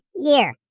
year